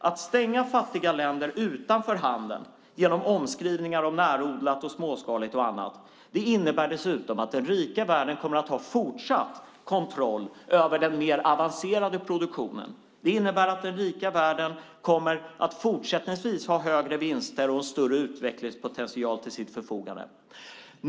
Att utestänga fattiga länder från handeln genom omskrivningar om närodlat och småskaligt och annat innebär dessutom att den rika världen kommer att ha fortsatt kontroll över den mer avancerade produktionen. Det innebär att den rika världen även fortsättningsvis kommer att ha högre vinster och större utvecklingspotential till sitt förfogande.